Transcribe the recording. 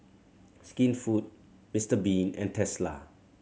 Skinfood Mister Bean and Tesla